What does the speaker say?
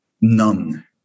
None